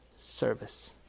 service